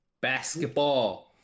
Basketball